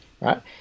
right